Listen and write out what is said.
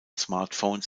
smartphones